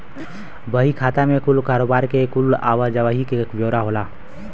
बही खाता मे कारोबार के कुल आवा जाही के ब्योरा होला